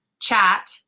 chat